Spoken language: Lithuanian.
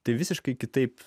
tai visiškai kitaip